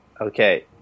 okay